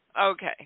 Okay